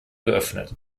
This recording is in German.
geöffnet